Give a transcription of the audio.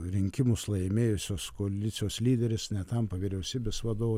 rinkimus laimėjusios koalicijos lyderis netampa vyriausybės vadovu